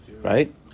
Right